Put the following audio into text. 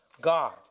God